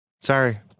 Sorry